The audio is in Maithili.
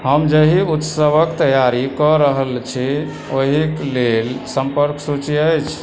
हम जाहि उत्सवक तैयारीकऽ रहल छी ओहि लेल सम्पर्क सूची अछि